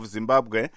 Zimbabwe